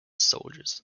soldiers